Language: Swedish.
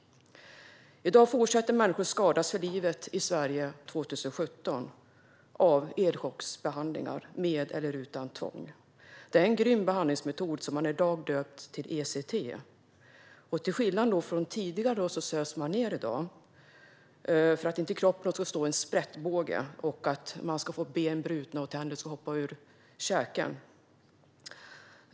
I dag, i Sverige 2017, fortsätter människor att skadas för livet av elchocksbehandlingar, med eller utan tvång. Detta är en grym behandlingsmetod, som man i dag döpt till ECT. Till skillnad från tidigare sövs man i dag ned för att inte kroppen ska stå i en sprättbåge, ben ska brytas och tänder ska hoppa ur käken.